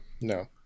No